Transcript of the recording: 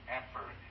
effort